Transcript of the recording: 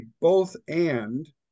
both-and